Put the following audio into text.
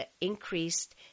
increased